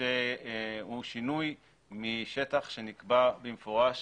שהוא שינוי משטח שנקבע במפורש